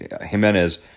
Jimenez